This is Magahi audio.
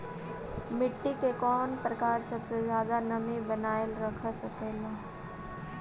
मिट्टी के कौन प्रकार सबसे जादा नमी बनाएल रख सकेला?